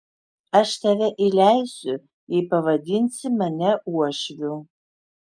aš tave įleisiu jei pavadinsi mane uošviu